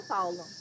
Paulo